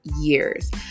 years